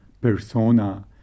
persona